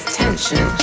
tension